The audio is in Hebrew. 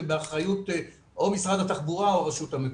היא באחריות או משרד התחבורה או הרשות המקומית.